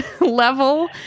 level